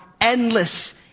endless